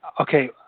okay